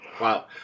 Wow